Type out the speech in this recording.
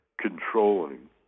controlling